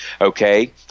okay